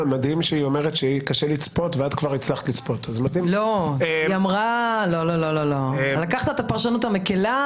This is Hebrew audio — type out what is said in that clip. המחוקק אף פעם לא יכול לצפות הכול ולכן המחוקק גם יכול